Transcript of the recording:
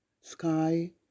sky